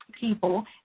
people